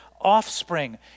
offspring